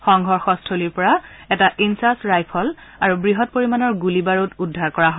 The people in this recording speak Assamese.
সংঘৰ্ষস্থলীৰ পৰা এটা ইনচাচ ৰাইফল আৰু বৃহৎ পৰিমাণৰ গুলীবাৰুণ উদ্ধাৰ কৰা হয়